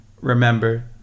remember